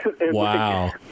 wow